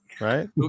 right